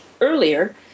earlier